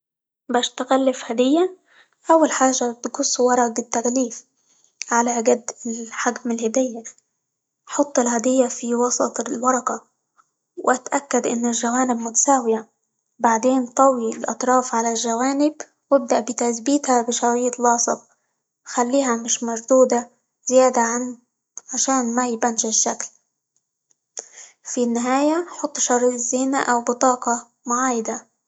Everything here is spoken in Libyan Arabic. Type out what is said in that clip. باش تغلف هدية أول حاجة تقص ورق التغليف على قد -ال- حجم الهدية، حط الهدية في وسط الورقة، واتأكد إن الجوانب متساوية، بعدين طوي الأطراف على الجوانب، وابدأ بتثبيتها بشريط لاصق، خليها مش مشدودة زيادة -عن- عشان ما يبانش الشكل، في النهاية حط شريط زينة، أو بطاقة معايدة.